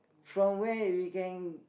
from where we can